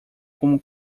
como